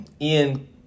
Ian